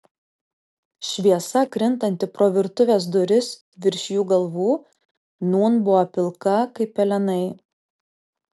šviesa krintanti pro virtuvės duris virš jų galvų nūn buvo pilka kaip pelenai